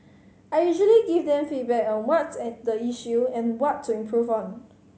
I usually give them feedback on what's the issue and what to improve on